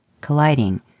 colliding